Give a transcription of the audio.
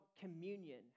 communion